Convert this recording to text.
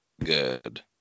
good